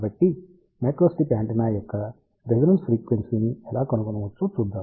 కాబట్టి microstrip antenna యొక్క resonance ఫ్రీక్వెన్సీని ఎలా కనుగొనవచ్చో చూద్దాం